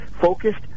focused